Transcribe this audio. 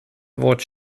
wort